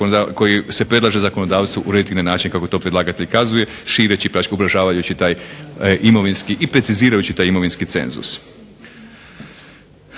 koji se predlaže zakonodavstvu urediti na način kako to predlagatelj kazuje, šireći, ublažavajući taj imovinski i precizirajući taj imovinski cenzus.